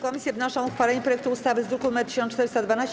Komisje wnoszą o uchwalenie projektu ustawy z druku nr 1412.